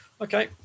Okay